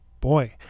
Boy